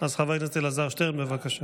אז חבר הכנסת אלעזר שטרן, בבקשה.